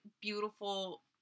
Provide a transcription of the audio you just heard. beautiful